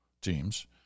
teams